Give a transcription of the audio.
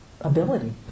ability